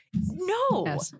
No